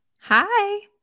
Hi